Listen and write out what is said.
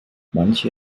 manche